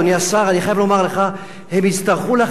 אני חייב לומר שהם יצטרכו להחליף דיסקט.